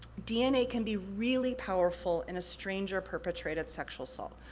dna can be really powerful in a stranger-perpetrated sexual assault.